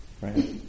right